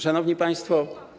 Szanowni Państwo!